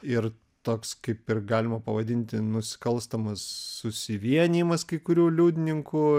ir toks kaip ir galima pavadinti nusikalstamas susivienijimas kai kurių liudininkų